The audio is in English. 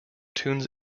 tunes